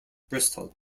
bristol